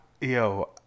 Yo